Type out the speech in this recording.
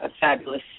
fabulous